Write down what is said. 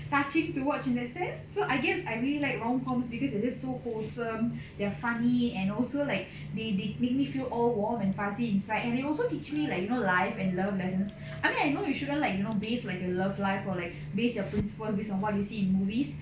touching to watch in that sense so I guess I really like rom coms because it is so wholesome they're funny and also like they they make me feel all warm and fuzzy inside and they also teach me like you know life and love lessons I mean I know know you shouldn't like you know base like your love life or like base your principles based on what you see in movies